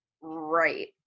right